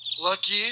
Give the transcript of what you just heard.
Lucky